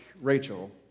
Rachel